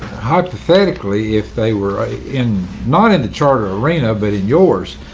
hypothetically, if they were in not in the charter arena, but in yours,